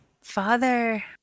father